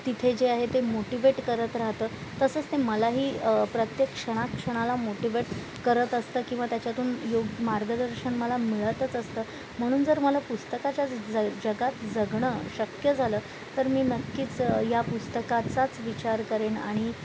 तिथे जे आहे ते मोटिवेट करत राहतं तसंच ते मलाही प्रत्येक क्षणाक्षणाला मोटिवेट करत असतं किंवा त्याच्यातून योग्य मार्गदर्शन मला मिळतच असतं म्हणून जर मला पुस्तकाच्या जगात जगणं शक्य झालं तर मी नक्कीच या पुस्तकाचाच विचार करेन आणि